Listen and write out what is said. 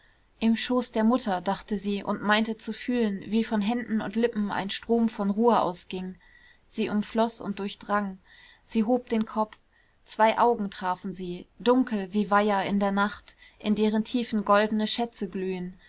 im schoß der mutter dachte sie und meinte zu fühlen wie von händen und lippen ein strom von ruhe ausging sie umfloß und durchdrang sie hob den kopf zwei augen trafen sie dunkel wie weiher in der nacht in deren tiefen goldene schätze glühen